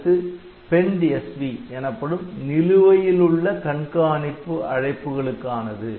அடுத்து PendSV எனப்படும் நிலுவையிலுள்ள கண்காணிப்பு அழைப்புகளுக்கானது